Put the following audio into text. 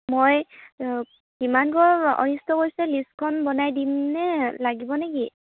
মই কিমান ঘৰ অনিষ্ট কৰিছে লিষ্টখন বনাই দিম নে লাগিব নেকি